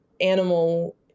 animal